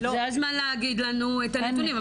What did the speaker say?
זה הזמן להגיד לנו את הנתונים,